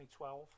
2012